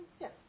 Yes